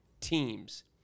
teams